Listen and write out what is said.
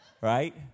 right